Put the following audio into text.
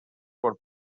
por